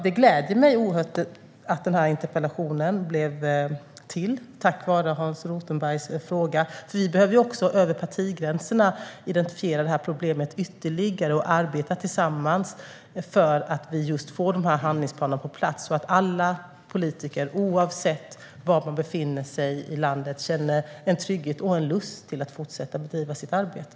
Det gläder mig oerhört att den här interpellationsdebatten blev till tack vare Hans Rothenbergs fråga, för vi behöver också över partigränserna identifiera det här problemet ytterligare och arbeta tillsammans för att få de här handlingsplanerna på plats så att alla politiker, oavsett var i landet de befinner sig, känner en trygghet och en lust till att fortsätta bedriva sitt arbete.